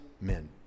men